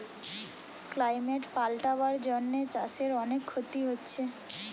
climate পাল্টাবার জন্যে চাষের অনেক ক্ষতি হচ্ছে